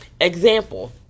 Example